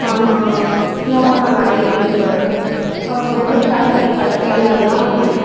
இந்த மாதிரிலாம் நாங்கள் நிறைய கேள்விப்பட்டிருக்கேன் அப்புறமேட்டுக்கு கல்லணை கட்டினதுதான்